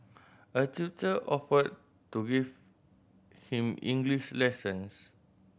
a tutor offered to give him English lessons